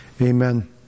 Amen